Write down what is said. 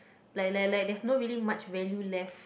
like like like there's not really much value left